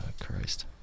Christ